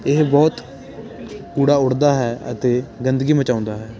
ਇਹ ਬਹੁਤ ਕੂੜਾ ਉੱਡਦਾ ਹੈ ਅਤੇ ਗੰਦਗੀ ਮਚਾਉਂਦਾ ਹੈ